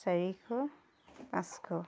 চাৰিশ পাঁচশ